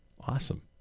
Awesome